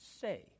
say